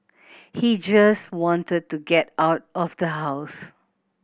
he just wanted to get out of the house